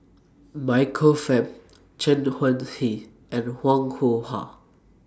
Michael Fam Chen Wen Hsi and Wong Yoon Wah